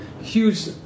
huge